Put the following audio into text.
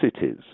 cities